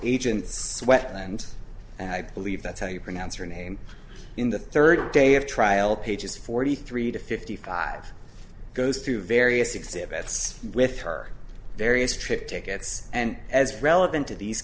wetland and i believe that's how you pronounce her name in the third day of trial pages forty three to fifty five goes through various exhibits with her various trip tickets and as relevant to these